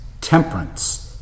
temperance